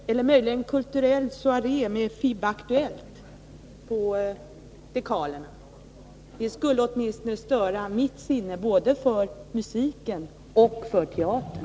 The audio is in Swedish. Kanske det kunde vara en kultursoaré med FiB-Aktuellt på dekalerna. Det skulle åtminstone störa mitt sinne både för musiken och för teatern.